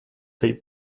tej